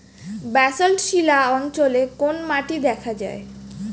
Basalt শিলা অঞ্চলে কোন মাটি দেখা যায়?